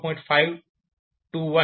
521 A2